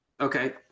Okay